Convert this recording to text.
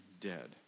dead